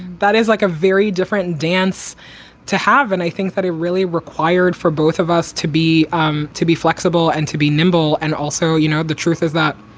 that is like a very different dance to have. and i think that it really required for both of us to be um to be flexible and to be nimble and also, you know, the truth is that